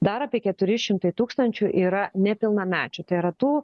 dar apie keturi šimtai tūkstančių yra nepilnamečių tai yra tų